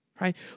Right